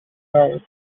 rose